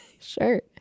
Sure